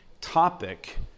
topic